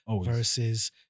versus